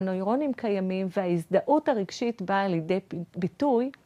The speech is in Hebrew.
נוירונים קיימים וההזדהות הרגשית באה לידי ביטוי.